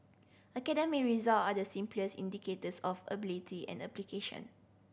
academic result are the simplest indicators of ability and application